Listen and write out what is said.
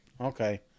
okay